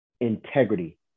integrity